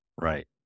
right